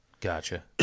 Gotcha